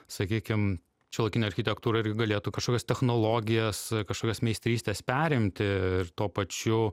sakykim šiuolaikinė architektūra irgi galėtų kažkokias technologijas kažkokias meistrystes perimti ir tuo pačiu